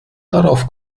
darauf